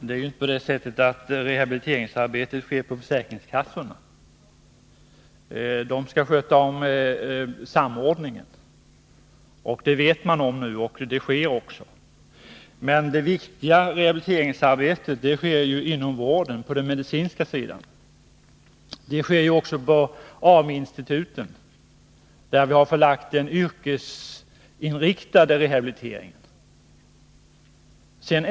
Herr talman! Det är inte så att rehabiliteringsarbetet sker på försäkringskassorna. De skall sköta samordningen. Det vet man nu, och det sker också. Men det viktiga rehabiliteringsarbetet sker inom vården, på den medicinska sidan. Det sker också på AMU-instituten, där vi har förlagt den yrkesinriktade rehabiliteringen.